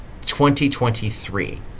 2023